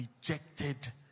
rejected